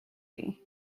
chi